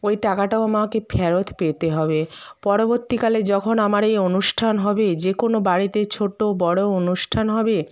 ওই টাকাটাও আমাকে ফেরত পেতে হবে পরবর্তী কালে যখন আমার এই অনুষ্ঠান হবে যে কোনো বাড়িতে ছোটো বড়ো অনুষ্ঠান হবে